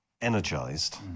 energized